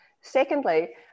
secondly